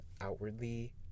outwardly